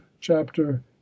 chapter